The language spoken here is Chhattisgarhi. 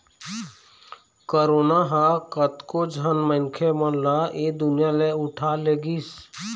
करोना ह कतको झन मनखे मन ल ऐ दुनिया ले उठा लेगिस